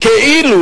כאילו